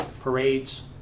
parades